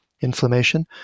inflammation